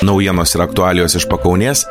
naujienos ir aktualijos iš pakaunės